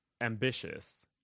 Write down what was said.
ambitious